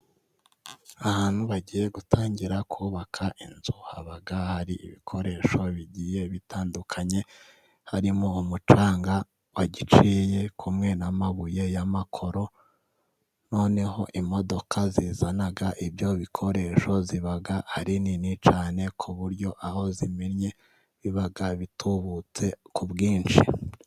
Ahantu bagiye gutangira kubaka inzu, haba hari ibikoresho bigiye bitandukanye. Harimo umucanga wa giciye, hamwe n’amabuye y’amakoro. Noneho imodoka zizana ibyo bikoresho ziba ari nini cyane, ku buryo aho zimennye biba bitubutse ku bwinshi.